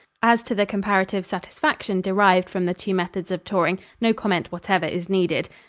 as to the comparative satisfaction derived from the two methods of touring, no comment whatever is needed.